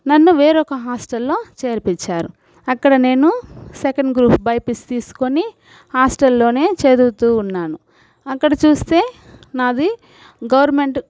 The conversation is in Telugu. నన్ను వేరొక హాస్టల్లో చేర్పిచ్చారు అక్కడ నేను సెకండ్ గ్రూప్ బైపీసీ తీసుకున్నాను హాస్టల్లోనే చదువుతూ ఉన్నేను అక్కడ చూస్తే నాది గవర్నమెంట్